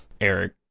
Eric